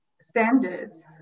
standards